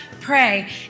pray